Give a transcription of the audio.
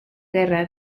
guerra